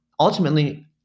Ultimately